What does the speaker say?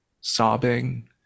sobbing